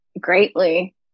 greatly